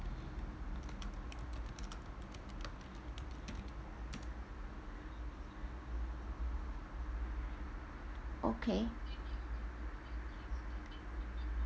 okay